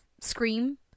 Scream